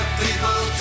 people